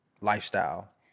lifestyle